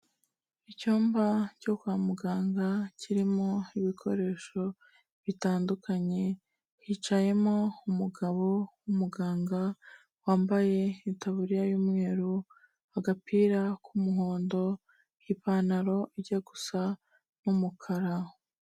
Icyumba cyo kwa muganga kirimo ibikoresho bitandukanye, hicayemo umugabo w'umuganga wambaye itaburiya y'umweru, agapira k'umuhondo, ipantaro ijya gusa n'umukara.